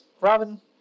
Robin